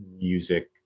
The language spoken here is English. music